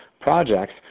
projects